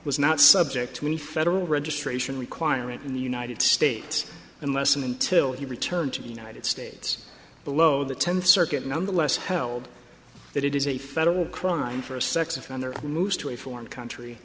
was not subject to any federal registration requirement in the united states unless and until he returned to the united states below the tenth circuit nonetheless held that it is a federal crime for a sex offender moves to a foreign country